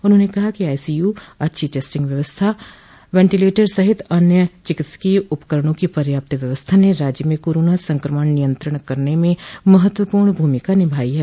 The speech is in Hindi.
उन्होंने कहा कि आईसीयू अच्छी टैस्टिंग व्यवस्था वेंटीलेटर सहित अन्य चिकित्सकीय उपकरणों की पर्याप्त व्यवस्था ने राज्य में कोरोना संकमण नियंत्रित करने में महत्वपूर्ण भूमिका निभाई है